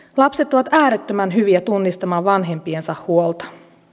lapset ovat äärettömän hyviä tunnistamaan vanhempiensa huolta